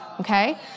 okay